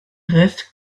reste